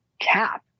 cap